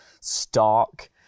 stark